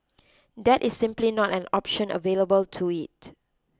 that is simply not an option available to it